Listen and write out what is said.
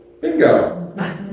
Bingo